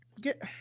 get